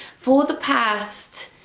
for the past